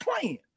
playing